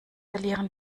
verlieren